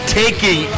taking